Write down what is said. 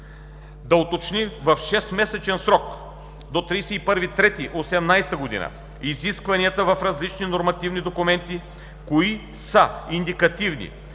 1. уточни в шестмесечен срок – до 31 март 2018 г., изискванията в различните нормативни документи: кои са индикативни,